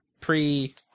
pre